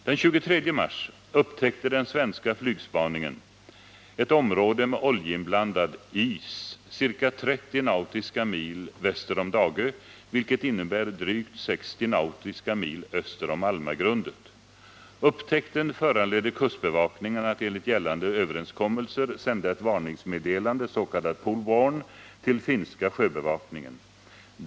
Den 23 mars upptäckte den svenska flygspaningen ett område med oljeinblandad is ca 30 nautiska mil väster om Dagö, vilket innebär drygt 60 nautiska mil öster om Almagrundet. Upptäckten föranledde kustbevakningen att enligt gällande överenskommelser sända ett varningsmeddelande, s.k. POLWARN, till finska sjöbevakningen.